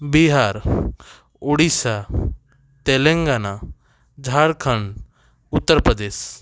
Bihar Odisha Telangana Jharkhand Uttar Pradesh